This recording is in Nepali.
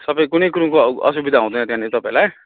सबै कुनै कुरोको असुविधा हुँदैन त्यहाँनेर तपाईँलाई